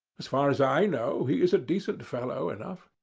as far as i know he is a decent fellow enough.